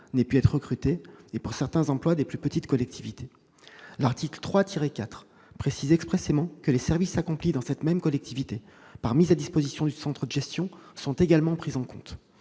n'ait pu être recruté, et pour certains emplois des plus petites collectivités. L'article 3-4 précise expressément que les services accomplis dans cette même collectivité, par mise à disposition du centre de gestion, sont également pris en compte.